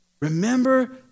Remember